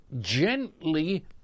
gently